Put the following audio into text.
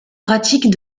pratiques